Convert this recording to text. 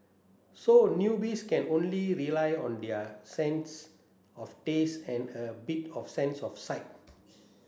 so newbies can only rely on their sense of taste and a bit of sense of sight